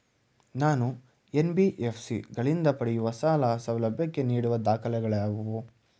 ನಾನು ಎನ್.ಬಿ.ಎಫ್.ಸಿ ಗಳಿಂದ ಪಡೆಯುವ ಸಾಲ ಸೌಲಭ್ಯಕ್ಕೆ ನೀಡುವ ದಾಖಲಾತಿಗಳಾವವು?